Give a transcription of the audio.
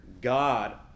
God